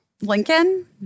Lincoln